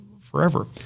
forever